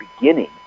beginning